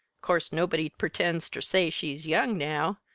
course nobody pretends ter say she's young now,